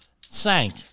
sank